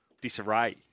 Disarray